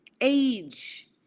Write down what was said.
age